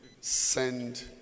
Send